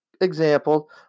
example